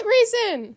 reason